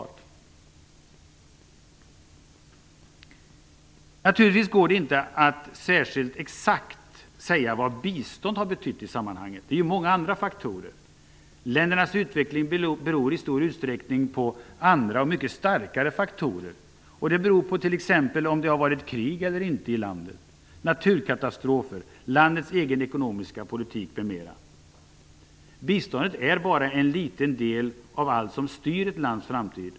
Det går naturligtvis inte att exakt säga vad biståndet har betytt i sammanhanget. Det finns många andra faktorer. Ländernas utveckling beror i stor utsträckning på andra och mycket starkare faktorer. Den beror på krig, naturkatastrofer, landets egen ekonomiska politik m.m. Biståndet är bara en liten del av allt som styr ett lands framtid.